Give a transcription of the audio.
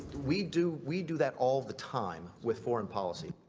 we do we do that all the time with foreign-policy.